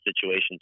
situations